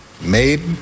made